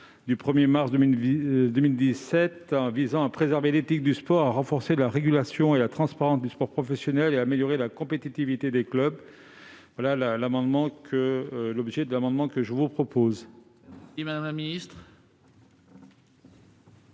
du 1 mars 2017 visant à préserver l'éthique du sport, à renforcer la régulation et la transparence du sport professionnel et à améliorer la compétitivité des clubs. Quel est l'avis du Gouvernement ? Monsieur le